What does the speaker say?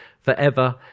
forever